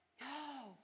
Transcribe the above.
No